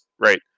Right